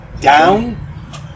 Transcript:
down